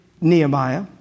Nehemiah